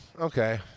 okay